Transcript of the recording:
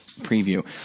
preview